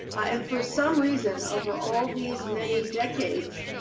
and for some reason, over all these many decades,